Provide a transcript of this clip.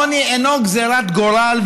העוני אינו גזרת גורל,